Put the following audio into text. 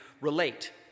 relate